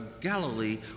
Galilee